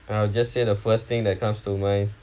I'll just say the first thing that comes to mind